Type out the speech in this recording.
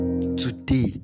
today